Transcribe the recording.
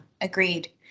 agreed